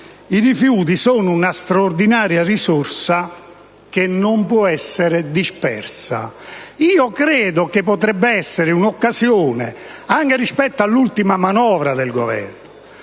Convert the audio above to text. i rifiuti sono una straordinaria risorsa che non può essere dispersa. Credo che questa possa essere una occasione, anche rispetto all'ultima manovra del Governo,